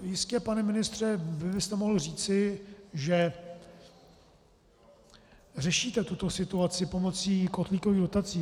Jistě, pane ministře, byste mohl říci, že řešíte tuto situaci pomocí kotlíkových dotací.